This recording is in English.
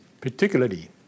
particularly